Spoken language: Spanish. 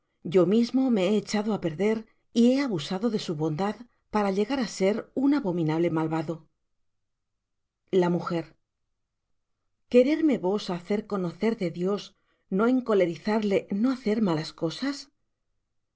yo mismo me he echado á perder y he abusado de su bondad para llegar á ser un abominable malvado la m quererme vos hacer conocer de dios no encolerizarle no hacer malas cosas